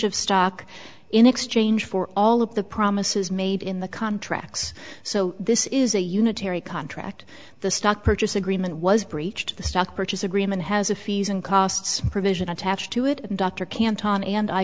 of stock in exchange for all of the promises made in the contracts so this is a unitary contract the stock purchase agreement was breached the stock purchase agreement has a fees and costs provision attached to it